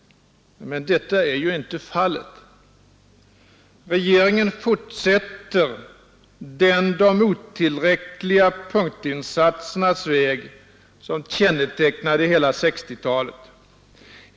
Men detta är inte fallet! Regeringen fortsätter den de otillräckliga punktinsatsernas väg som kännetecknade hela 1960-talet.